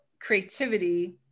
creativity